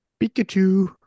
Pikachu